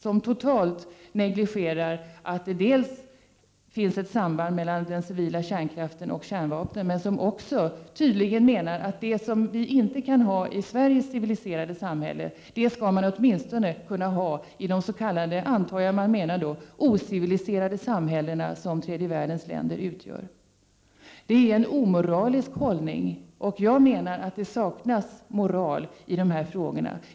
Regeringen negligerar totalt att det finns ett samband mellan den civila kärnkraften och kärnvapnen och menar tydligen också att det vi inte kan ha i Sveriges civiliserade samhälle, det skall man åtminstone kunna ha i de — enligt vad jag antar — ociviliserade samhällen som tredje världens länder utgör. Detta är en omoralisk hållning. Jag menar att det saknas moral i dessa frågor.